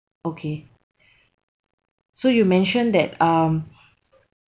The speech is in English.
okay so you mention that um